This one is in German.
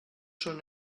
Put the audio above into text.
schon